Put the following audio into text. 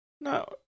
No